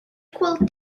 equal